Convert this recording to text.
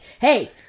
hey